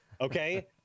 Okay